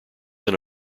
than